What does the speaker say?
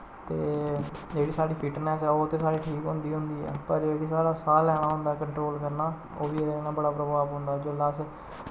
ते जेह्ड़ी साढ़ी फिटनेस ऐ ओह् ते साढ़ी ठीक होंदी गै होंदी ऐ पर जेह्का साढ़ा साह् लैना होंदा ऐ कंट्रोल करना ओह् बी एह्दे कन्नै बड़ा प्रभाव पौंदा जेल्लै अस